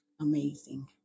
amazing